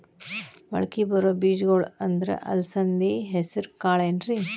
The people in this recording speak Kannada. ಮಳಕಿ ಬರೋ ಬೇಜಗೊಳ್ ಅಂದ್ರ ಅಲಸಂಧಿ, ಹೆಸರ್ ಕಾಳ್ ಏನ್ರಿ?